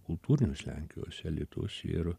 kultūrinius lenkijos elitus ir